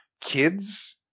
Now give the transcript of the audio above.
kids